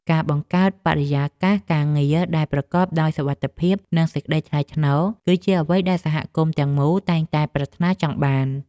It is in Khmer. ការបង្កើតបរិយាកាសការងារដែលប្រកបដោយសុវត្ថិភាពនិងសេចក្ដីថ្លៃថ្នូរគឺជាអ្វីដែលសហគមន៍ទាំងមូលតែងតែប្រាថ្នាចង់បាន។